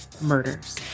Murders